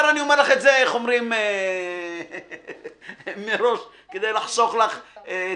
אני אומר מראש כדי לחסוך לך.